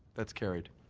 that's carried.